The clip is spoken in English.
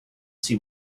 see